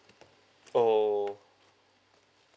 orh